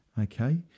Okay